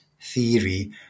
theory